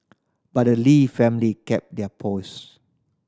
but the Lee family kept their poise